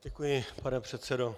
Děkuji, pane předsedo.